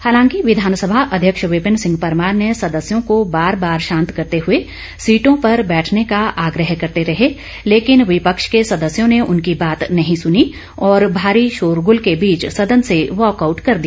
हालांकि विधानसभा अध्यक्ष विपिन सिंह परमार सदस्यों को बार बार शांत करते हुए सीटों पर बैठने का आग्रह करते रहे लेकिन विपक्ष के सदस्यों ने उनकी बात नहीं सुनी और भारी शोरगुल के बीच सदन से वाकआउट कर दिया